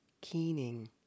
keening